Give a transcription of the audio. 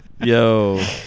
Yo